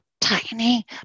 tiny